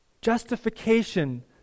Justification